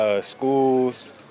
schools